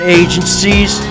agencies